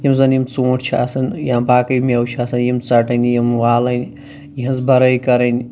یِم زَن یِم ژوٗنٛٹھۍ چھِ آسان یا باقٕے میوٕ چھِ آسان یِم ژَٹٕنۍ یِم والٕنۍ یِہنٛز بھرٲے کَرٕنۍ